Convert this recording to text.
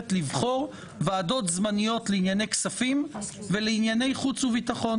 לבחור ועדות זמניות לענייני כספים ולענייני חוץ וביטחון.